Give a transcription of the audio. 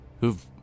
who've